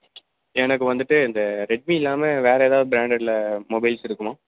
எனக்கு வந்துட்டு இந்த ரெட்மி இல்லாமல் வேறு ஏதாவது பிராண்ட்ல மொபைல்ஸ் இருக்குமா